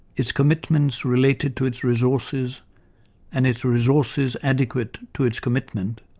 its commitments related to its resources and its resources adequate to its commitment,